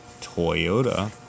Toyota